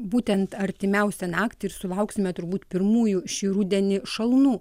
būtent artimiausią naktį ir sulauksime turbūt pirmųjų šį rudenį šalnų